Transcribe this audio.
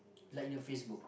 like in your Facebook